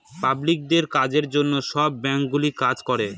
পাবলিকদের কাজের জন্য সব ব্যাঙ্কগুলো কাজ করে